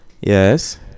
yes